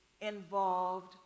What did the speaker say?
involved